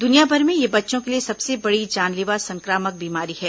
दुनियाभर में यह बच्चों के लिए सबसे बड़ी जानलेवा संक्रामक बीमारी है